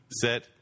set